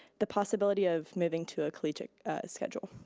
the possibility of moving to a collegiate schedule.